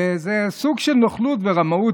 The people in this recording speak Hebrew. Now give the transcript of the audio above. שזה סוג של נוכלות ורמאות,